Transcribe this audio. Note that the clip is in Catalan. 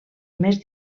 més